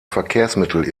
verkehrsmittel